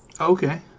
Okay